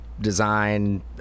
design